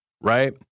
right